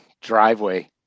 driveway